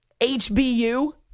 H-B-U